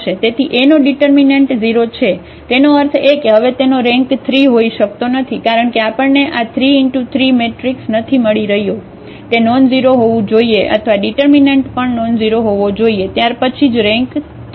તેથી A નો determinant 0 છે તેનો અર્થ એ કે હવે તેનો રેન્ક 3 હોઈ શકતો નથી કારણ કે આપણને આ 3 × 3 મેટ્રિક્સ નથી મળી રહ્યો તે નોનઝીરો હોવું જોઈએ તથા ડિટર્મિનન્ટ પણ નોનઝીરો હોવો જોઈએ ત્યાર પછી જ રેન્ક 3 થય શકે